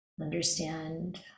understand